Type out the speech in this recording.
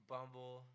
Bumble